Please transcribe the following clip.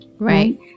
Right